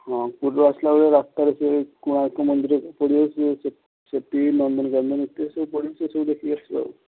ହଁ ପୁରୀରୁ ଆସିଲାବେଳେ ରାସ୍ତାରେ ସେଇ କୋଣାର୍କ ମନ୍ଦିର ପଡି଼ବ ସେଇ ସିଏ ସେଠି ନନ୍ଦନକାନନ ସିଏ ସବୁ ପଡ଼ିବ ସିଏ ସବୁ ଦେଖିକି ଆସିବା ଆଉ